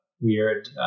weird